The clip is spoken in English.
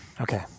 Okay